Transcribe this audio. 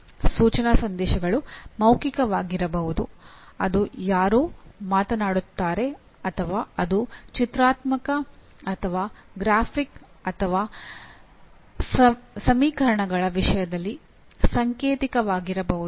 ಸೂಚನಾ ಸಂದೇಶಗಳು ಮೌಖಿಕವಾಗಿರಬಹುದು ಅದು ಯಾರೋ ಮಾತನಾಡುತ್ತಾರೆ ಅಥವಾ ಅದು ಚಿತ್ರಾತ್ಮಕ ಅಥವಾ ಗ್ರಾಫಿಕ್ ಅಥವಾ ಸಮೀಕರಣಗಳ ವಿಷಯದಲ್ಲಿ ಸಾಂಕೇತಿಕವಾಗಿರಬಹುದು